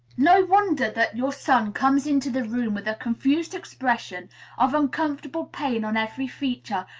no wonder that your son comes into the room with a confused expression of uncomfortable pain on every feature,